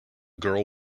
girl